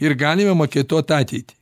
ir galime maketuot ateitį